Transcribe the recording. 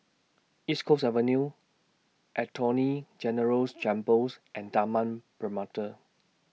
East Coast Avenue Attorney General's Chambers and Taman Permata